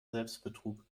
selbstbetrug